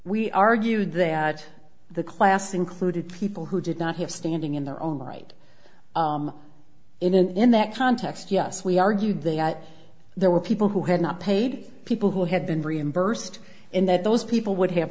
we argued that the class included people who did not have standing in their own right in that context yes we argued that there were people who had not paid people who had been reimbursed and that those people would have